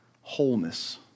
wholeness